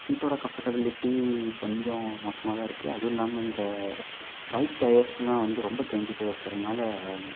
சீட்டோட comfortability கொஞ்சம் மோசமாக தான் இருக்கு அதுவும் இல்லாமல் இந்த பைக் டயர்ஸ்லாம் வந்து ரொம்ப தேஞ்சு போய் இருக்கிறதுனால